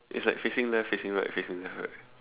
it's like facing left facing right facing left right